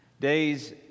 Days